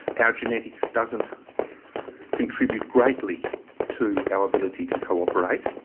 our genetics doesn't contribute greatly to our ability to cooperate.